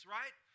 right